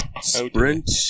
Sprint